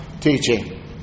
teaching